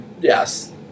yes